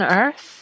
earth